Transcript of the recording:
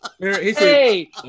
Hey